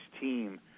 team